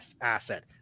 asset